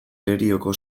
derioko